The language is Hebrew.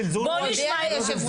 נשמע.